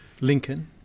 Lincoln